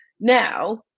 Now